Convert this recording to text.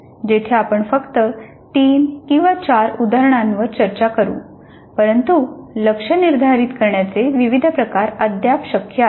येथे आपण फक्त तीन चार उदाहरणांवर चर्चा करू परंतु लक्ष्य निर्धारित करण्याचे विविध प्रकार अद्याप शक्य आहेत